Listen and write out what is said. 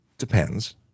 Depends